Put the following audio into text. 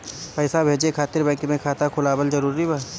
पईसा भेजे खातिर बैंक मे खाता खुलवाअल जरूरी बा?